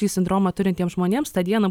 šį sindromą turintiems žmonėms tą dieną